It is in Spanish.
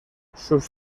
sus